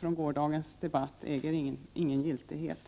från gårdagens debatt om stor valfrihet äger inte giltighet.